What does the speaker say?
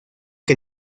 que